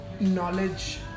knowledge